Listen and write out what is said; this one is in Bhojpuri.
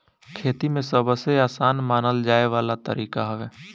खेती में सबसे आसान मानल जाए वाला तरीका हवे